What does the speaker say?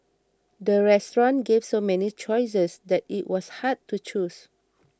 the restaurant gave so many choices that it was hard to choose